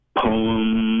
Poem